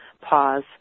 pause